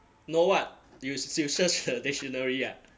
no what you s~ you search the dictionary ah